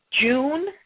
June